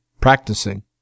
practicing